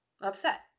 Upset